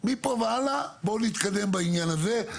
מפה והלאה בואו נתקדם בעניין הזה.